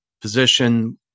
position